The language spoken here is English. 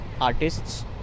artists